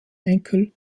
enkel